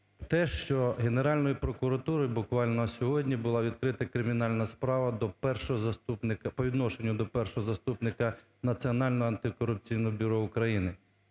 те, що Генеральною прокуратурою буквально сьогодні була відкрита кримінальна до першого заступника, по відношенню до першого заступника Національного антикорупційного бюро України.